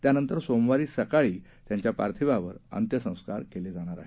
त्यानंतर सोमवारी सकाळी पार्थिवावर अंत्यसंस्कार केले जाणार आहेत